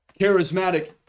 charismatic